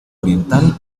oriental